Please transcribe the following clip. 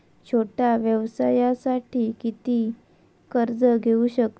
छोट्या व्यवसायासाठी किती कर्ज घेऊ शकतव?